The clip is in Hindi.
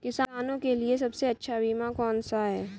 किसानों के लिए सबसे अच्छा बीमा कौन सा है?